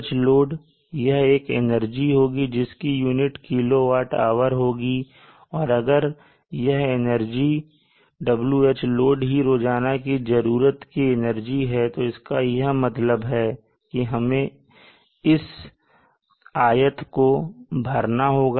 WhLoad यह एक energy होगी जिसकी यूनिट किलोवाट आवर होगी और अगर यह एनर्जी WhLoad ही रोजाना की जरूरत की एनर्जी है तो इसका यह मतलब है की हमें इस आयत को भरना होगा